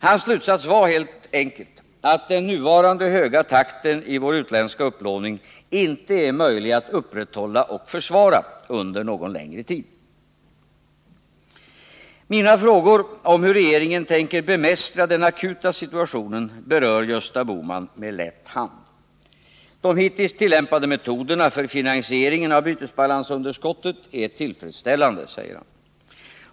Hans slutsats var helt enkelt den att den nuvarande höga takten i vår utländska upplåning inte är möjlig att upprätthålla och försvara under någon längre tid. Mina frågor om hur regeringen tänker bemästra den akuta situationen berör Gösta Bohman med lätt hand. De hittills tillämpade metoderna för finansieringen av bytesbalansunderskottet är tillfredsställande, säger han.